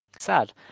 sad